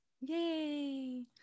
Yay